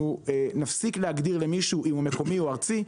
אנחנו נפסיק להגדיר למישהו אם הוא מקומי או ארצי.